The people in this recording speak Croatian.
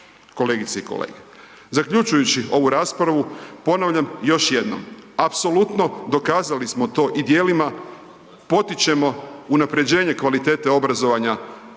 kolegice i kolege? Zaključujući ovu raspravu, ponavljam još jednom, apsolutno dokazali smo to i djelima potičemo unapređenje kvalitete obrazovanja